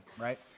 right